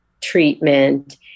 treatment